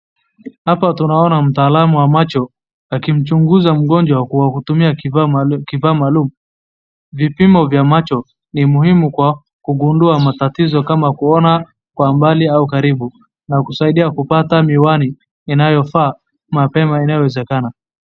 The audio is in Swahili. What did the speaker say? Apa tunaona mtaalamu wa macho akimchunguza mgonjwa kwa kutumia kifaa maalum .Vipimo vya macho ni muhimu kwa kugundua matatizo kama kuona kwa mbali au karibu na kusaidia kupata miwani inayofaa mapema inayowezekana.